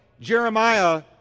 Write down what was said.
Jeremiah